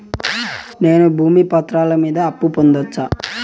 నేను భూమి పత్రాల మీద అప్పు పొందొచ్చా?